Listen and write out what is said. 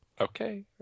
Okay